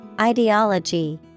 ideology